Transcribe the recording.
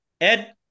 Ed